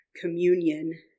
communion